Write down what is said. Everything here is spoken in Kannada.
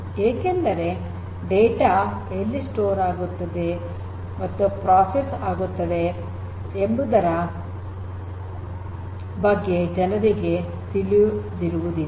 ಏಕೆಂದರೆ ಡೇಟಾ ಎಲ್ಲಿ ಸಂಗ್ರಹಣೆ ಆಗುತ್ತದೆ ಎಲ್ಲಿ ಪ್ರೋಸೆಸ್ ಆಗುತ್ತದೆ ಎಂಬುದರ ಬಗ್ಗೆ ಜನರಿಗೆ ತಿಳಿದಿರುವುದಿಲ್ಲ